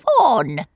on